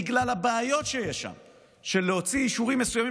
בגלל הבעיות שיש שם להוציא אישורים מסוימים